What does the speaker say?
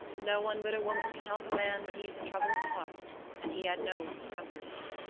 no one but a woman can help a man when he is in trouble of the heart and he had no one to comfort him.